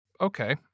Okay